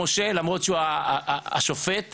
משה למרות שהוא השופט שומע,